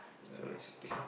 I see